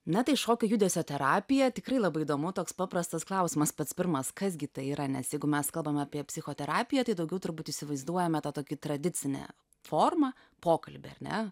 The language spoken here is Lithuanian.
na tai šokio judesio terapija tikrai labai įdomu toks paprastas klausimas pats pirmas kas gi tai yra nes jeigu mes kalbam apie psichoterapiją tai daugiau turbūt įsivaizduojame tą tokį tradicinę formą pokalbį ar ne